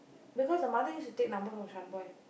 because the mother used to take number from Shaan boy